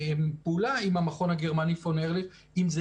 פעולה עם המכון הגרמני "פול ארליך" אם זה